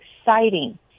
exciting